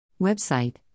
Website